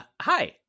hi